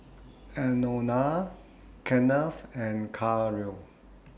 Anona Kenneth and